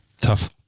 Tough